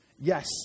Yes